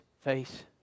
face